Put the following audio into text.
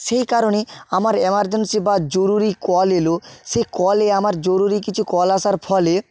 সেই কারণে আমার এমার্জেন্সি বা জরুরি কল এল সে কলে আমার জরুরি কিছু কল আসার ফলে